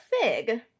Fig